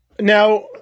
Now